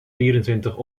vierentwintig